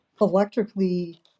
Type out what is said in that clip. electrically